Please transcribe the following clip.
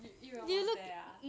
you yi ren was there ah